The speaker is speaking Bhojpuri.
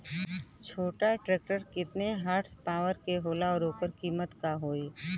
छोटा ट्रेक्टर केतने हॉर्सपावर के होला और ओकर कीमत का होई?